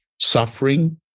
suffering